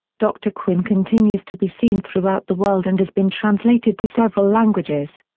dr. quinn continues to be seen throughout the world and has been translated to several languages.